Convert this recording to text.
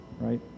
right